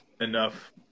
enough